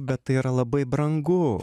bet tai yra labai brangu